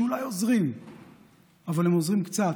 שאולי עוזרים אבל הם עוזרים קצת,